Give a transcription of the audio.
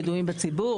ידועים בציבור,